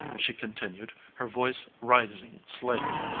she continued, her voice rising slightly,